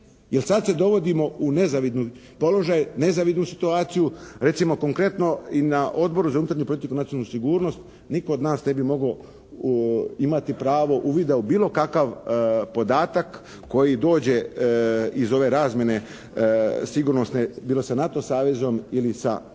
Jer sad se dovodimo u nezavidan položaj, nezavidnu situaciju. Recimo konkretno i na Odboru za unutarnju politiku i nacionalnu sigurnost, nitko od nas ne bi mogao imati pravo uvida u bilo kakav podatak koji dođe iz ove razmjene sigurnosne bilo sa NATO saveznom ili sa